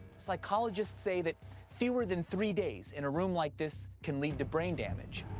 psychologists say that fewer than three days in a room like this can lead to brain damage.